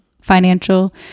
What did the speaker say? financial